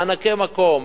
מענקי מקום,